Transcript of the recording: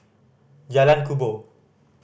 Jalan Kubor